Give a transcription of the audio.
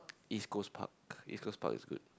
East-Coast-Park East-Coast-Park is good